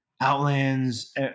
Outlands